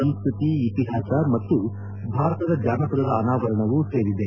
ಸಂಸ್ವತಿ ಇತಿಹಾಸ ಮತ್ತು ಭಾರತದ ಜಾನಪದದ ಅನಾವರಣವೂ ಸೇರಿದೆ